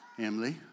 Emily